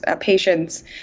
patients